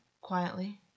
quietly